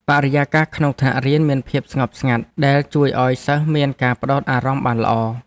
បរិយាកាសក្នុងថ្នាក់រៀនមានភាពស្ងប់ស្ងាត់ដែលជួយឱ្យសិស្សមានការផ្ដោតអារម្មណ៍បានល្អ។